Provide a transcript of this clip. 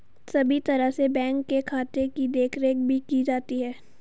सभी तरह से बैंक के खाते की देखरेख भी की जाती है